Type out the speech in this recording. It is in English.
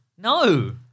No